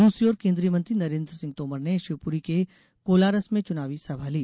दूसरी और केन्द्रीय मंत्री नरेन्द्र सिंह तोमर ने शिवपुरी के कोलारस में चुनावी सभा ली